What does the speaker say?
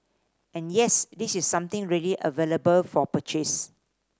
and yes this is something really available for purchase